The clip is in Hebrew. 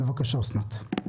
בבקשה, אסנת.